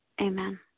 amen